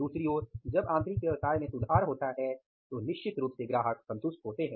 दूसरी ओर जब आंतरिक व्यवसाय में सुधार होता है तो निश्चित रूप से ग्राहक संतुष्ट होते हैं